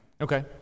Okay